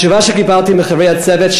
התשובה שקיבלתי מחברי הצוות,